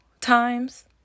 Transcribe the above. times